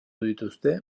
dituzte